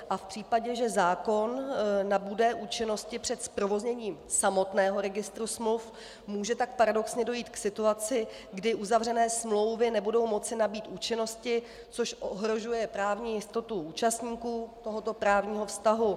A v případě, že zákon nabude účinnosti před zprovozněním samotného registru smluv, může tak paradoxně dojít k situaci, kdy uzavřené smlouvy nebudou moci nabýt účinnosti, což ohrožuje právní jistotu účastníků tohoto právního vztahu.